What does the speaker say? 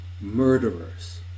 murderers